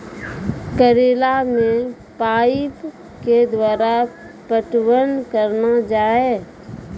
करेला मे पाइप के द्वारा पटवन करना जाए?